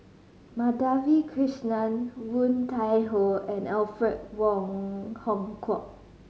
Madhavi Krishnan Woon Tai Ho and Alfred Wong Hong Kwok